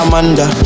Amanda